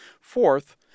Fourth